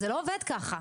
זה לא עובד ככה.